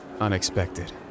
unexpected